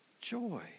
Joy